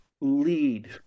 lead